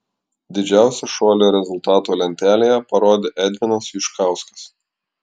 didžiausią šuolį rezultatų lentelėje parodė edvinas juškauskas